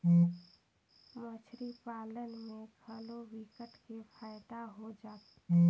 मछरी पालन में घलो विकट के फायदा हो जाथे